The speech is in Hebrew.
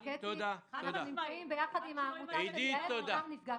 אני חושבת